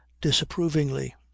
disapprovingly